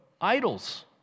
idols